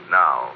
now